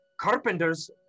Carpenters